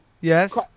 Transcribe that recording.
Yes